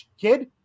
kid